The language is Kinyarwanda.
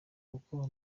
kuko